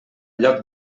lloc